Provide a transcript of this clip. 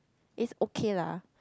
it's okay lah